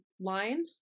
line